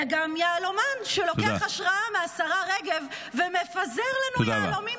אלא גם יהלומן שלוקח השראה מהשרה רגב ומפזר לנו יהלומים